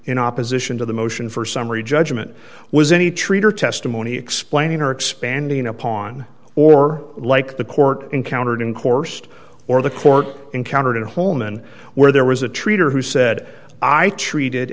in opposition to the motion for summary judgment was any treater testimony explaining or expanding upon or like the court encountered in coursed or the court encountered at home and where there was a traitor who said i treated